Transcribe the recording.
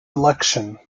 election